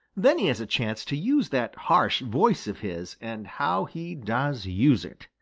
then he has a chance to use that harsh voice of his, and how he does use it!